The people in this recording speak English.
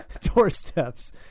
doorsteps